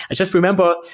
and just remember,